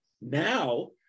Now